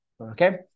Okay